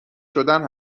شدن